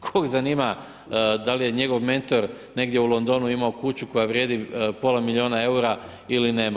Koga zanima, da li je njegov mentor negdje u Londonu imao kuću koja vrijedi pola milijuna eura ili nema.